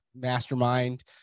mastermind